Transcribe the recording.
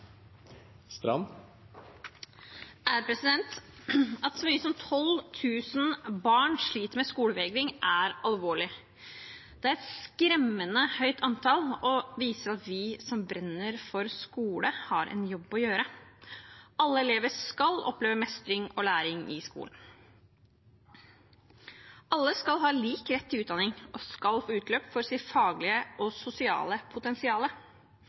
At så mye som 12 000 barn sliter med skolevegring, er alvorlig. Det er et skremmende høyt antall, og det viser at vi som brenner for skole, har en jobb å gjøre. Alle elever skal oppleve mestring og læring i skolen. Alle skal ha lik rett til utdanning og skal få utløp for sitt faglige og sosiale